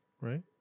Right